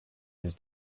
his